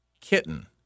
kitten